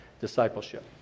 discipleship